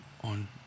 on